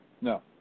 No